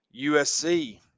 USC